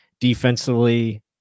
defensively